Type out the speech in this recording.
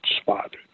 spot